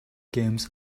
games